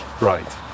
right